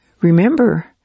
Remember